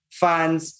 fans